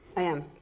i am.